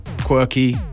quirky